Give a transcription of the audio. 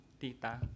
tita